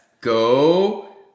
go